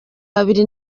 babiri